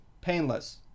painless